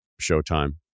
Showtime